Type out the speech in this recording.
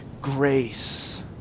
grace